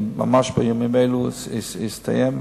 שממש בימים אלה הסתיים,